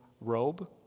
robe